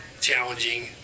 challenging